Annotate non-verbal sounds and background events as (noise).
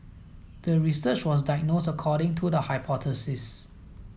the research was (unintelligible) according to the hypothesis